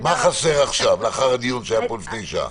מה חסר עכשיו, לאחר הדיון שהיה פה לפני שעה?